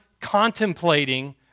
Contemplating